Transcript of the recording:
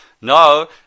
No